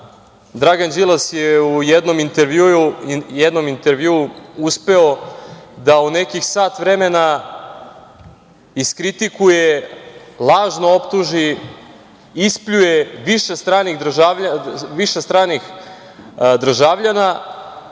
Dragan Đilas je u jednom intervjuu uspeo da u nekih sat vremena iskritikuje lažno optuži više stranih državljana,